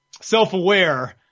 self-aware